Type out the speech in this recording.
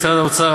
משרד האוצר,